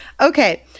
Okay